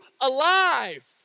alive